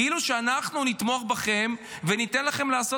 כאילו שאנחנו נתמוך בכם וניתן לכם לעשות